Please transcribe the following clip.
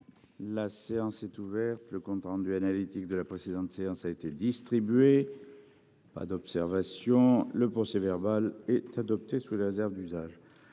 Le compte rendu analytique de la précédente séance a été distribué. Pas d'observation, le procès verbal est adoptée sous réserve d'usage.